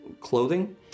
clothing